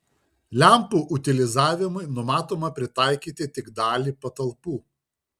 lempų utilizavimui numatoma pritaikyti tik dalį patalpų